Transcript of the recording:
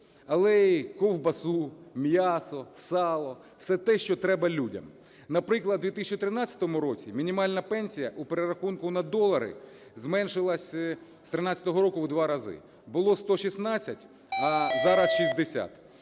але і ковбасу, м'ясо, сало – все те, що треба людям. Наприклад, в 2013 році… Мінімальна пенсія у перерахунку на долари зменшилась з 13-го року у 2 рази. Було 116, а зараз 60.